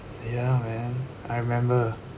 ya man I remember